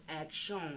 action